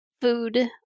food